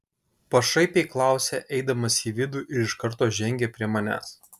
pašaipiai klausia eidamas į vidų ir iš karto žengia prie manęs